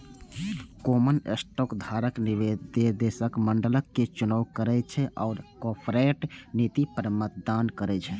common stock धारक निदेशक मंडलक चुनाव करै छै आ कॉरपोरेट नीति पर मतदान करै छै